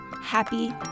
happy